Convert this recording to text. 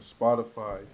Spotify